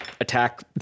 attack